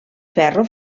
ferro